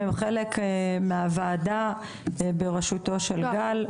הם חלק מהוועדה בראשותו של גל.